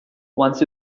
once